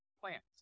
plants